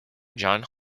johns